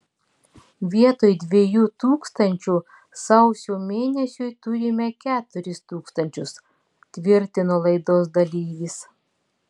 vietoj dviejų tūkstančių sausio mėnesiui turime keturis tūkstančius tvirtino laidos dalyvis